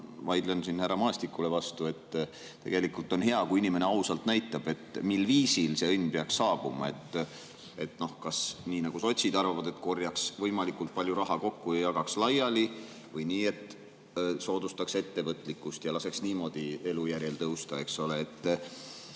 vaidlen härra Maastikule vastu. Tegelikult on hea, kui inimene ausalt näitab, mil viisil see õnn peaks saabuma. Kas nii, nagu sotsid arvavad, et korjaks võimalikult palju raha kokku ja jagaks laiali, või nii, et soodustaks ettevõtlikkust ja laseks niimoodi elujärjel tõusta? Selles mõttes